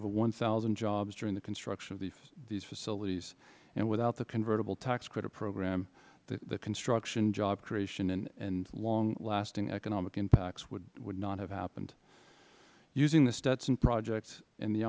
r one thousand jobs during the construction of these facilities and without the convertible tax credit program the construction job creation and long lasting economic impacts would not have happened using the stetson projects and the